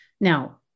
now